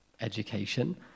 education